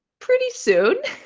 pretty soon.